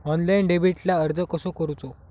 Online डेबिटला अर्ज कसो करूचो?